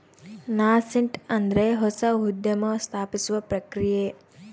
nascent ಅಂದ್ರೆ ಹೊಸ ಉದ್ಯಮ ಸ್ಥಾಪಿಸುವ ಪ್ರಕ್ರಿಯೆ